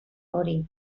hori